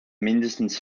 mindestens